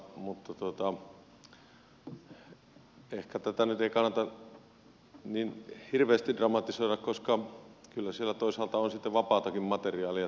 mutta ehkä tätä nyt ei kannata niin hirveästi dramatisoida koska kyllä siellä toisaalta on sitten vapaatakin materiaalia